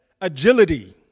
agility